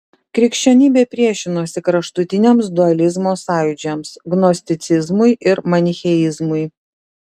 krikščionybė priešinosi kraštutiniams dualizmo sąjūdžiams gnosticizmui ir manicheizmui